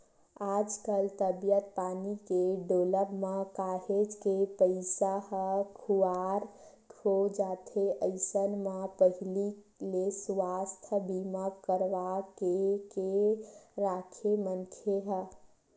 आजकल तबीयत पानी के डोलब म काहेच के पइसा ह खुवार हो जाथे अइसन म पहिली ले सुवास्थ बीमा करवाके के राखे मनखे ह